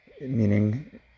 meaning